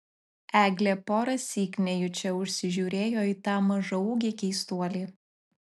eglė porąsyk nejučia užsižiūrėjo į tą mažaūgį keistuolį